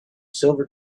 silver